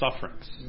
sufferings